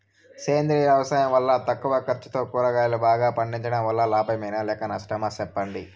సేంద్రియ వ్యవసాయం వల్ల తక్కువ ఖర్చుతో కూరగాయలు బాగా పండించడం వల్ల లాభమేనా లేక నష్టమా సెప్పండి